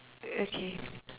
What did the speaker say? okay